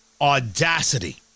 audacity